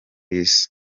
isi